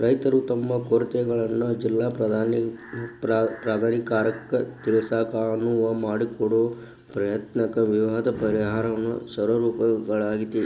ರೈತರು ತಮ್ಮ ಕೊರತೆಗಳನ್ನ ಜಿಲ್ಲಾ ಪ್ರಾಧಿಕಾರಕ್ಕ ತಿಳಿಸಾಕ ಅನುವು ಮಾಡಿಕೊಡೊ ಪ್ರತ್ಯೇಕ ವಿವಾದ ಪರಿಹಾರನ್ನ ಸಹರೂಪಿಸಲಾಗ್ಯಾತಿ